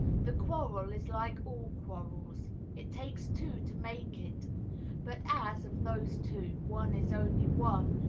the quarrel is like all quarrels it takes two to make it but as, of those two, one is only one,